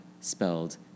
spelled